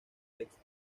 textos